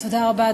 תודה רבה,